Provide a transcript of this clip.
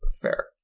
Fair